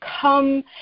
come